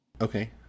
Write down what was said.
Okay